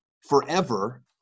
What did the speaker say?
forever